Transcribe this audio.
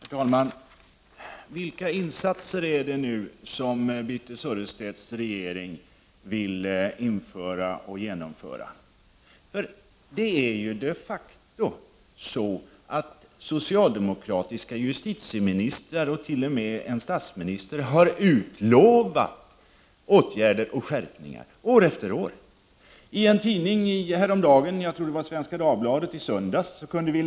Herr talman! Vilka insatser är det som Birthe Sörestedt och regeringen vill göra? Socialdemokratiska justitieministrar och t.o.m. en statsminister har ju de facto år efter år utlovat åtgärder och skärpningar. I söndagens Svenska Dagbladet — jag tror att det var i den — kunde man läsa en insändare.